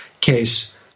case